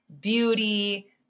beauty